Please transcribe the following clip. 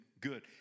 good